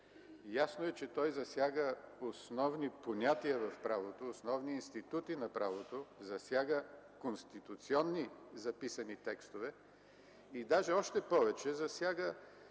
Ясно е, че той засяга основни понятия в правото, основни институти на правото, засяга конституционно записани текстове, даже още повече засяга